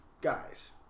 guys